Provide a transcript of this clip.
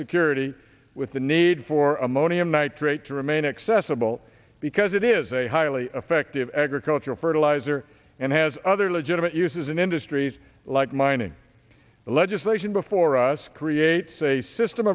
security with the need for ammonium nitrate to remain accessible because it is a highly effective agricultural fertilizer and has other legitimate uses in industries like mining legislation before us creates a system